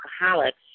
alcoholics